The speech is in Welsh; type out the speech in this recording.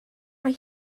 mae